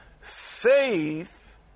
Faith